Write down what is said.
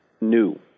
new